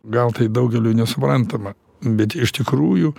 gal tai daugeliui nesuprantama bet iš tikrųjų